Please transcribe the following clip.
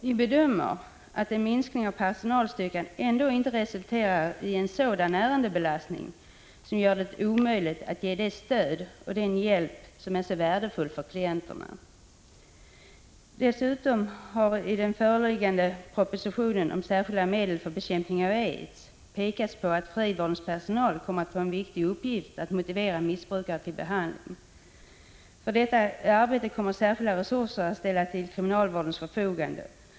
Vi bedömer att en minskning av personalstyrkan ändå inte resulterar i en ärendebelastning som gör det omöjligt att ge det stöd och den hjälp som är så värdefull för klienterna. I den föreliggande propositionen om särskilda medel för bekämpning av aids har dessutom pekats på att frivårdens personal kommer att få den viktiga uppgiften att motivera missbrukare till behandling. För detta arbete kommer särskilda resurser att ställas till kriminalvårdens förfogande.